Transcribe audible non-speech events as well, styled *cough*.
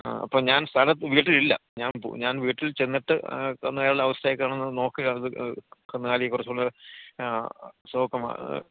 ആ അപ്പോൾ ഞാൻ സ്ഥലം വീട്ടിൽ ഇല്ല ഞാൻ ഞാൻ വീട്ടിൽ ചെന്നിട്ട് കന്നുകാലിയുടെ അവസ്ഥയൊക്കെ ഒന്ന് നോക്കിയിട്ട് കന്നുകാലിയെ കുറച്ചും കൂടെ *unintelligible*